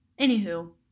anywho